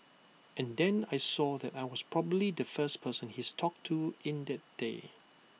and then I saw that I was probably the first person he's talked to in that day